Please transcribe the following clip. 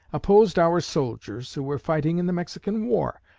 opposed our soldiers who were fighting in the mexican war.